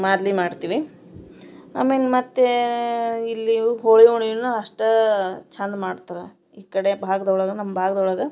ಮಾದಲಿ ಮಾಡ್ತೀವಿ ಆಮೇಲೆ ಮತ್ತೆ ಇಲ್ಲಿ ಹೋಳಿ ಹುಣ್ಣಿಮೆನು ಅಷ್ಟೆ ಚೆಂದ ಮಾಡ್ತರೆ ಈ ಕಡೆ ಭಾಗ್ದೊಳಗೆ ನಮ್ಮ ಭಾಗ್ದ ಒಳಗೆ